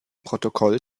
protokoll